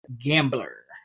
GAMBLER